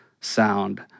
sound